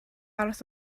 aros